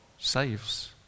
Saves